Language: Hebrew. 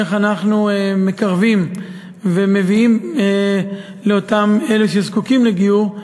איך אנחנו מקרבים ומביאים לאותם אלה שזקוקים לגיור,